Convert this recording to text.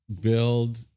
build